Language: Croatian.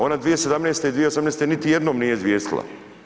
Ona 2017. i 2018. niti jednom nije izvijestila.